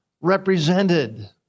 represented